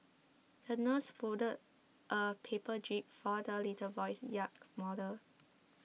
the nurse folded a paper jib for the little boy's yacht model